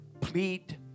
plead